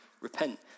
repent